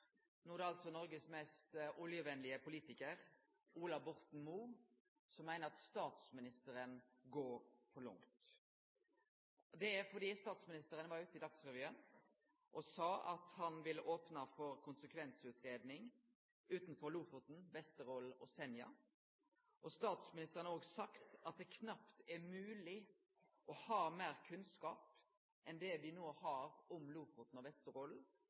No er det altså Noregs mest oljevennlege politikar, Ola Borten Moe, som meiner at statsministeren går for langt. Det er fordi statsministeren var ute i Dagsrevyen og sa at han ville opne for konsekvensutgreiing utanfor Lofoten, Vesterålen og Senja. Statsministeren har òg sagt at det knapt er mogleg å ha meir kunnskap enn det me no har om Lofoten og